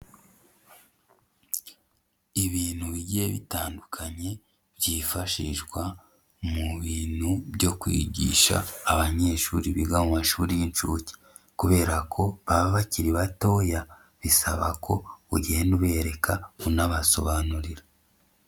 Ibintu bigiye bitandukanye byifashishwa mu bintu byo kwigisha abanyeshuri biga mu mashuri y'inshuke, kubera ko baba bakiri batoya, bisaba ko ugenda ubereka unabasobanurira.